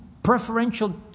preferential